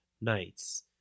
nights